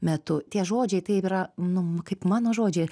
metu tie žodžiai taip yra nu kaip mano žodžiai